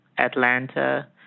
Atlanta